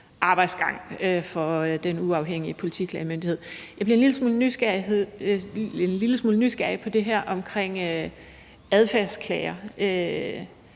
minimumsarbejdsgang for Den Uafhængige Politiklagemyndighed. Jeg bliver en lille smule nysgerrig på det her med adfærdsklager.